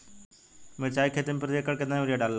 मिरचाई के खेती मे प्रति एकड़ केतना यूरिया लागे ला?